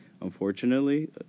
unfortunately